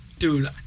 Dude